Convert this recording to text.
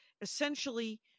essentially